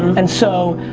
and so,